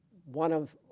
one of